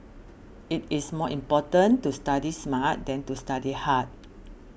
it is more important to study smart than to study hard